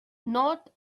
north